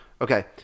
Okay